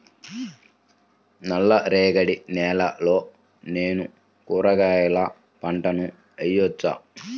నల్ల రేగడి నేలలో నేను కూరగాయల పంటను వేయచ్చా?